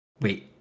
Wait